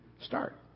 start